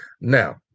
now